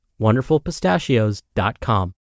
WonderfulPistachios.com